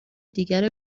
دیگر